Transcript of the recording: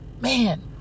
man